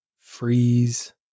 freeze